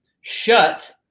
shut